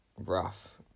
rough